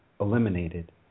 eliminated